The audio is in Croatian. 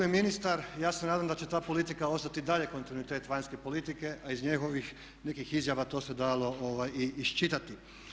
Tu je ministar i ja se nadam da će ta politika ostati i dalje kontinuitet vanjske politike a iz njegovih nekih izjava to se dalo i iščitati.